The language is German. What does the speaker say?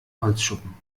holzschuppen